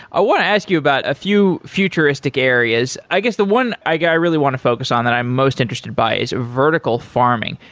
i want to ask you about a few futuristic areas. i guess the one i really want to focus on that i'm most interested by is vertical farming.